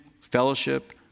fellowship